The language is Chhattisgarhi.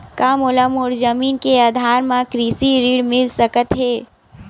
का मोला मोर जमीन के आधार म कृषि ऋण मिल सकत हे?